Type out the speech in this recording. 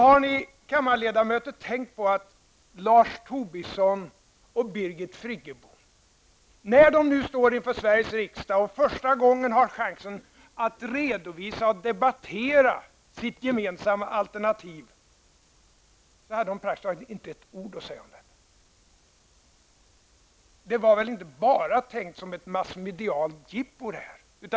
Har ni, kammarledamöter, tänkt på att Lars Tobisson och Birgit Friggebo, när de står inför Sveriges riksdag och för första gången har chansen att redovisa och debattera sitt gemensamma alternativ, praktiskt taget inte har ett ord att säga om det? Det var väl inte bara tänkt som ett massmedialt jippo?